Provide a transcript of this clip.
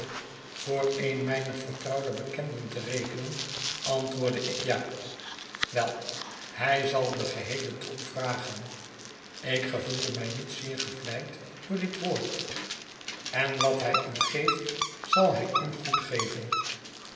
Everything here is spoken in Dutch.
voor een mijner vertrouwde bekenden te rekenen antwoordde ik ja wel hij zal den geheelen troep vragen ik gevoelde mij niet zeer gevleid door dit woord en wat hij u geeft zal hij u goed geven